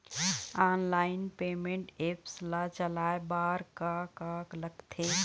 Online payment apps ला चलाए बार का का लगथे?